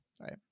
right